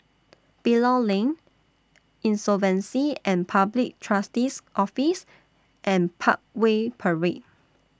Bilal Lane Insolvency and Public Trustee's Office and Parkway Parade